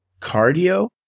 cardio